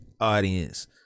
audience